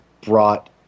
brought